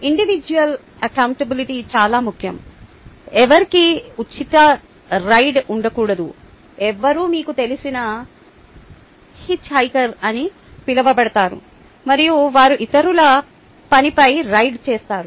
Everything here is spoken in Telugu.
ఇండివిడ్యుల్ అకౌంటబిలిటీ చాలా ముఖ్యం ఎవ్వరికీ ఉచిత రైడ్ ఉండకూడదు ఎవ్వరూ మీకు తెలిసిన హిచ్హైకర్ అని పిలువబడతారు మరియు వారు ఇతరుల పనిపై రైడ్ చేస్తారు